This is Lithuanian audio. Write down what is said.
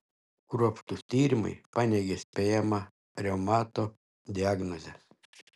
kruopštūs tyrimai paneigė spėjamą reumato diagnozę